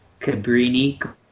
Cabrini